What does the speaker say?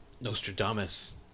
Nostradamus